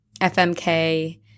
FMK